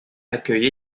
accueille